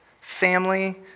family